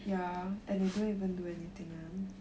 ya and they don't even do anything [one]